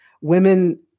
Women